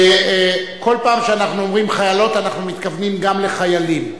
כל פעם שאנחנו אומרים חיילות אנחנו מתכוונים גם לחיילים,